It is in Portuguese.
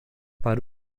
para